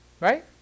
Right